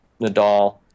Nadal